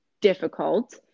difficult